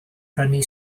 brynu